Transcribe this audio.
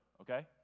okay